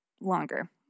longer